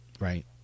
Right